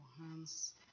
hands